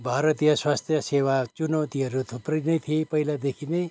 भारतिय स्वास्थ्य सेवा चुनौतिहरू थुप्रै नै थिए पहिलादेखि नै